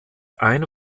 eine